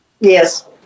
yes